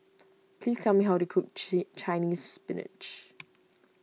please tell me how to cook Chinese Spinach